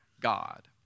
God